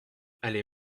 allée